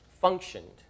functioned